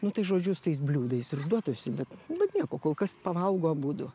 nu tai žodžiu su tais bliūdais ir duotusi bet nu nieko kol kas pavalgo abudu